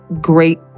great